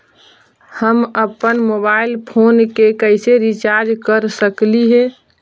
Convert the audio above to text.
हम अप्पन mobile phone के कैसे रिचार्ज कर सकली हे?